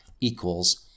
equals